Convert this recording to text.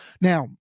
Now